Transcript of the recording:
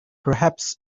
perhaps